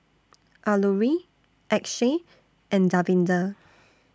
Alluri Akshay and Davinder